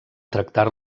tractar